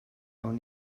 awn